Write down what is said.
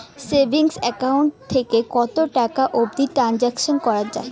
Savings account এ কতো টাকা অবধি ট্রানসাকশান করা য়ায়?